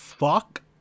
Fuck